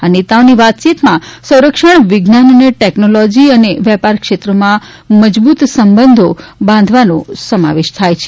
આ નેતાઓની વાતચીતમાં સંરક્ષણ વિજ્ઞાન અને ટેકનોલોજી અને વેપાર ક્ષેત્રોમાં મજબૂત સંબંધો બાંધવાનો સમાવેશ થાય છે